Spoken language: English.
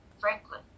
Franklin